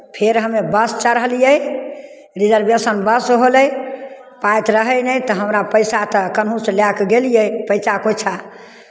फेर हमे बस चढ़लियै रिजर्वेशन बस होलै पाइ तऽ रहै नहि तऽ हमरा पैसा तऽ कहुँसँ लए केऽ गेलियै पैँचा खोइँचा